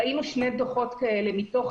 ראינו שני דוחות כאלה מתוך